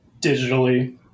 digitally